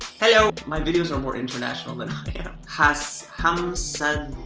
hello my videos are more international than haas house said